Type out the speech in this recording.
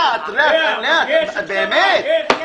יש